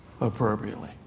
appropriately